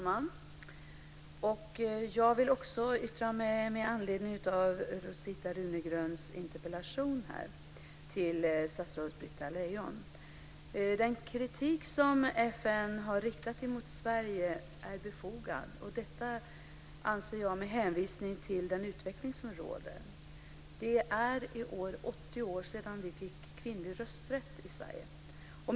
Fru talman! Jag vill också yttra mig med anledning av Rosita Runegrunds interpellation till statsrådet Britta Lejon. Den kritik som FN har riktat mot Sverige är befogad. Detta anser jag med hänvisning till den utveckling som råder. Det är 80 år sedan vi fick kvinnlig rösträtt i Sverige.